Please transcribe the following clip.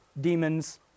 demons